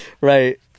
Right